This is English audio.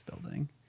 building